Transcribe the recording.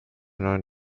neuen